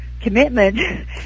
commitment